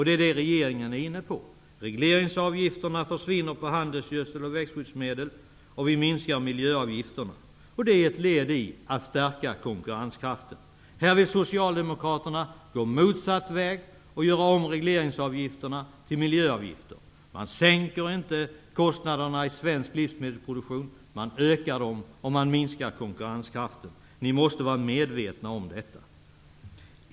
Det är regeringen inne på. Regleringsavgifterna kommer att försvinna på handelsgödsel och växtskyddsmedel, och miljöavgifterna kommer att minskas. Detta är ett led i att stärka konkurrenskraften. Socialdemokraterna vill gå motsatt väg och göra om regleringsavgifterna till miljöavgifter. De sänker inte kostnaderna i svensk livsmedelsproduktion. De ökar dem och minskar konkurrenskraften. Ni måste vara medvetna om detta.